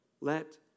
Let